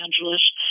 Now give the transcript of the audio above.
Angeles